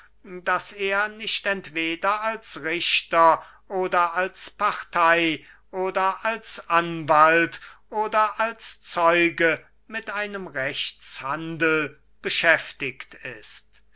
daß er nicht entweder als richter oder als partey oder als anwald oder als zeuge mit einem rechtshandel beschäftigt ist